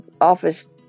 office